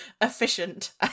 efficient